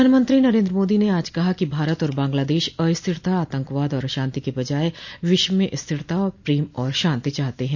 प्रधानमंत्री नरेन्द्र मोदी ने आज कहा कि भारत और बांग्लादेश अस्थिरता आतंकवाद और अशांति के बजाय विश्व में स्थिरता प्रेम और शांति चाहते हैं